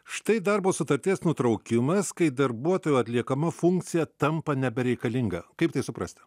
štai darbo sutarties nutraukimas kai darbuotojo atliekama funkcija tampa nebereikalinga kaip tai suprasti